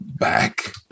back